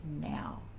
now